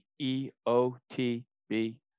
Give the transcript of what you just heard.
E-O-T-B